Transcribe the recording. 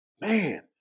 man